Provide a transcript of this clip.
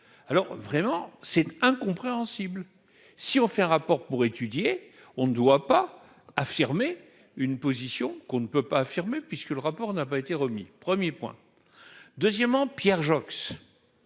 alors vraiment c'est incompréhensible si on fait un rapport pour étudier, on ne doit pas affirmer une position qu'on ne peut pas affirmer, puisque le rapport n'a pas été remis 1er point deuxièmement Pierre Joxe,